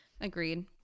agreed